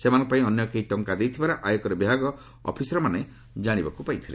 ସେମାନଙ୍କ ପାଇଁ ଅନ୍ୟ କେହି ଟଙ୍କା ଦେଇଥିବାର ଆୟକର ବିଭାଗ ଅଫିସରମାନେ ଜାଣିବାକୁ ପାଇଥିଲେ